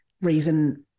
reason